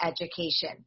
education